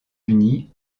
unis